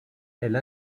elle